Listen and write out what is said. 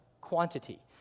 quantity